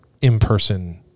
in-person